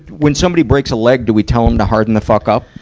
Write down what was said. when somebody breaks a leg, do we tell them to harden the fuck up?